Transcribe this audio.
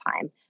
time